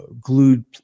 glued